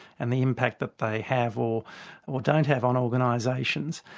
and the impact that they have, or or don't have on organisations.